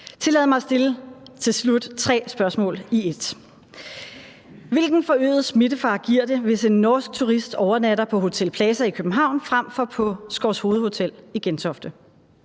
Tillad mig til slut at stille tre spørgsmål i et: Hvilken forøget smittefare giver det, hvis en norsk turist overnatter på Plaza Hotel i København frem for på Skovshoved Hotel i Gentofte?